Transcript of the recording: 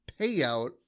payout